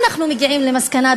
אנחנו מגיעים למסקנה,